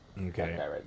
okay